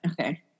okay